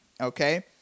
okay